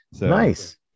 Nice